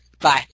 Bye